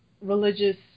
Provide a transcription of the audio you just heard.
religious